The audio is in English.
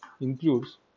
includes